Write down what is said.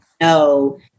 no